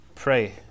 Pray